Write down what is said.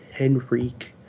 Henrique